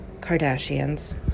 Kardashians